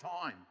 time